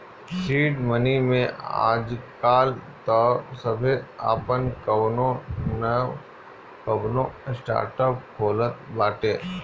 seed money में आजकाल तअ सभे आपन कवनो नअ कवनो स्टार्टअप खोलत बाटे